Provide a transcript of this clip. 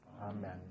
Amen